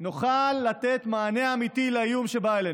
נוכל לתת מענה אמיתי לאיום שבא עלינו.